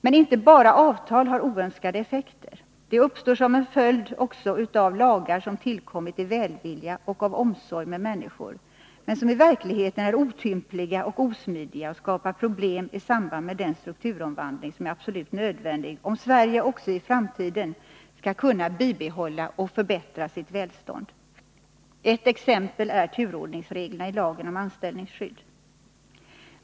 Men inte bara avtal har oönskade effekter. De uppstår också som en följd av lagar som tillkommit i välvilja och av omsorg om människor, men som i verkligheten är otympliga och osmidiga och skapar problem i samband med den strukturomvandling som är absolut nödvändig om Sverige också i framtiden skall kunna bibehålla och förbättra sitt välstånd. Ett exempel är turordningsreglerna i lagen om anställningsskydd.